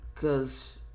cause